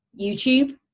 YouTube